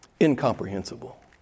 incomprehensible